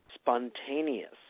spontaneous